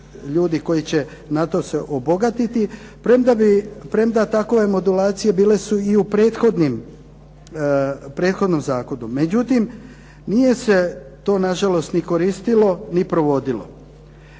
koji će na to se obogatiti premda takove modulacije bile su i u prethodnom zakonu. Međutim, nije se to nažalost ni koristilo ni provodilo.